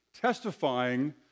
testifying